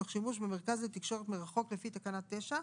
תוך שימוש במרכז לתקשורת מרחוק לפי תקנה 9,